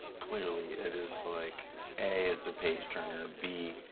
clearly it is, like a it's a page turner, b,